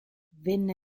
venne